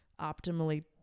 optimally